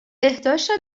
بهداشت